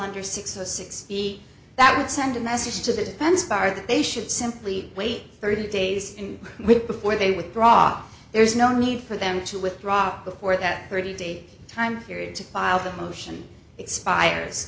under six to sixty that would send a message to the defense bar that they should simply wait thirty days in with before they withdraw there is no need for them to withdraw before that thirty day time period to file the motion expires